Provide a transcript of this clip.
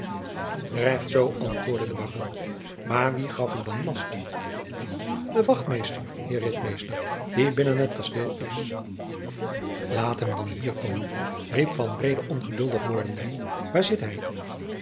recht zoo antwoordde de baron maar wie gaf u dan last de wachtmeester heer ritmeester die binnen het kasteel is laat hem dan hier komen riep van reede ongeduldig wordende waar zit hij